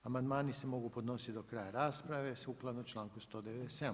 Amandmani se mogu podnositi do kraja rasprave, sukladno članku 197.